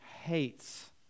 hates